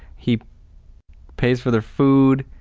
he pays for their food,